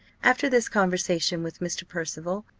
after this conversation with mr. percival,